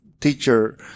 teacher